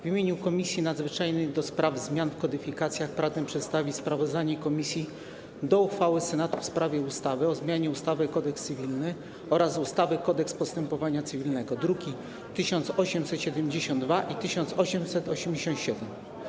W imieniu Komisji Nadzwyczajnej do spraw zmian w kodyfikacjach pragnę przedstawić sprawozdanie komisji o uchwale Senatu w sprawie ustawy o zmianie ustawy - Kodeks cywilny oraz ustawy - Kodeks postępowania cywilnego, druki nr 1872 i 1887.